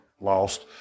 lost